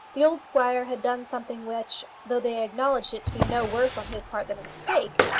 the old squire had done something which, though they acknowledged it to be no worse on his part than a mistake,